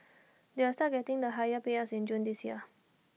they will start getting the higher payouts in June this year